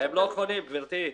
הם לא חונים, גברתי.